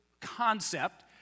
concept